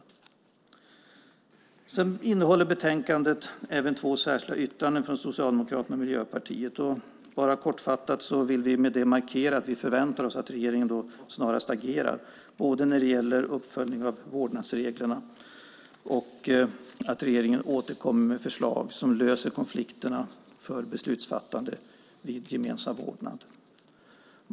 Betänkandet innehåller även två särskilda yttranden från Socialdemokraterna och Miljöpartiet. Kortfattat vill vi med det markera att vi förväntar oss att regeringen snarast agerar både när det gäller uppföljning av vårdnadsreglerna och när det gäller att återkomma med förslag som löser konflikterna för beslutsfattande vid gemensam vårdnad.